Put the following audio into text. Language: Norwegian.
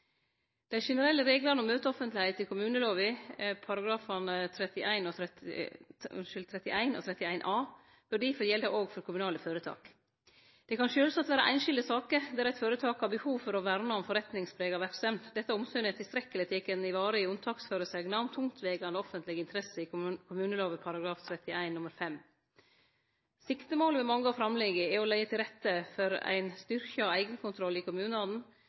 Dei generelle reglane om møteoffentlegheit i kommunelova, §§ 31 og 31a, bør difor gjelde òg for kommunale føretak. Det kan sjølvsagt vere einskilde saker der eit føretak har behov for å verne om forretningsprega verksemd. Dette omsynet er tilstrekkeleg vareteke i unntaksføresegna om tungtvegande offentlege interesser i kommunelova § 31 nr. 5. Siktemålet med mange av framlegga er å leggje til rette for ein styrkt eigenkontroll i kommunane, men avslutningsvis vil eg òg seie at ansvaret for ein god eigenkontroll ligg fyrst og fremst hos kommunane